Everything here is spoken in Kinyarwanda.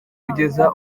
kugeza